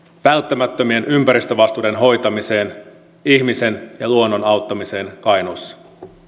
välttämättömien ympäristövastuiden hoitamiseen ihmisen ja luonnon auttamiseen kainuussa